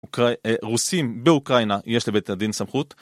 רוסים באוקראינה יש לבית הדין סמכות